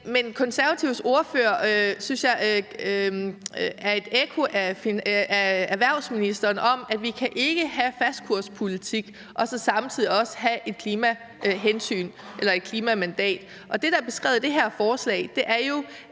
Men Konservatives ordfører synes jeg er et ekko af erhvervsministeren om, at vi ikke kan have fastkurspolitik og samtidig også have et klimahensyn eller et klimamandat. Det, der er beskrevet i det her forslag, er jo,